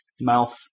mouth